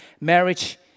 Marriage